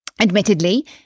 admittedly